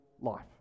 life